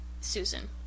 susan